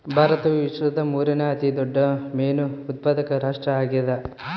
ಭಾರತವು ವಿಶ್ವದ ಮೂರನೇ ಅತಿ ದೊಡ್ಡ ಮೇನು ಉತ್ಪಾದಕ ರಾಷ್ಟ್ರ ಆಗ್ಯದ